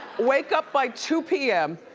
wake up by two p m.